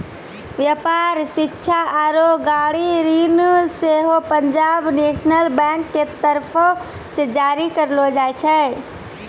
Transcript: व्यापार, शिक्षा आरु गाड़ी ऋण सेहो पंजाब नेशनल बैंक के तरफो से जारी करलो जाय छै